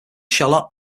charlotte